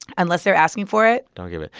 unless they're asking for it. don't give it.